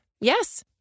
yes